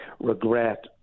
regret